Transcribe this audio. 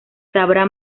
sabrá